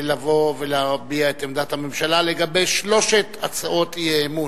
לבוא ולהביע את עמדת הממשלה על שלוש הצעות האי-אמון,